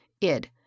ID